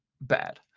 bad